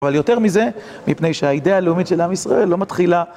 אבל יותר מזה, מפני שהאידאה הלאומית של עם ישראל לא מתחילה.